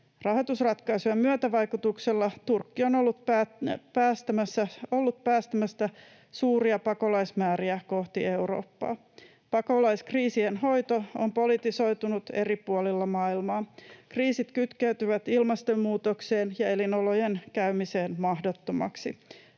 Rahoitusratkaisujen myötävaikutuksella Turkki on ollut päästämässä suuria pakolaismääriä kohti Eurooppaa. Pakolaiskriisien hoito on politisoitunut eri puolilla maailmaa. Kriisit kytkeytyvät ilmastonmuutokseen ja elinolojen käymiseen mahdottomaksi,